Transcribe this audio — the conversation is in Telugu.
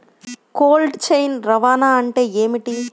కోల్డ్ చైన్ రవాణా అంటే ఏమిటీ?